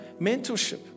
mentorship